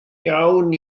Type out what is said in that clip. iawn